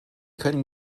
können